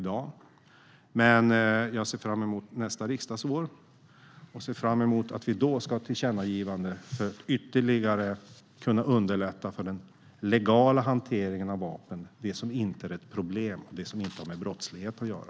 Jag ser därför fram emot nästa riksdagsår och att vi då ska kunna göra ett tillkännagivande för att ytterligare underlätta den legala hanteringen av vapen - den som inte är ett problem och som inte har med brottslighet att göra.